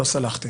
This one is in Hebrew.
לא סלחתי.